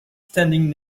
standing